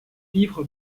livre